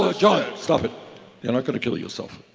ah john, stop it. you're not going to kill yourself.